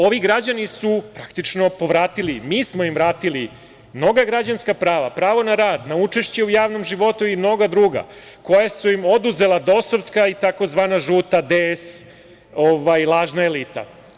Ovi građani su praktično povratili, mi smo im vratili mnoga građanska prava, pravo na rad, na učešće u javnom životu i mnoga druga koja su im oduzela DOS-ovska i tzv. žuta DS lažna elita.